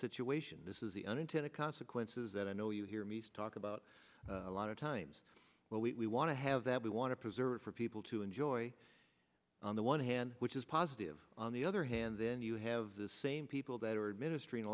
situation this is the unintended consequences that i know you hear me talk about a lot of times what we want to have that we want to preserve for people to enjoy on the one hand which is positive on the other hand then you have the same people that are in ministry an